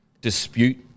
dispute